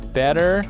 better